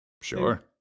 Sure